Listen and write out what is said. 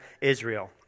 Israel